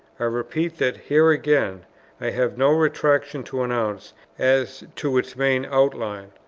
i repeat that here again i have no retractation to announce as to its main outline.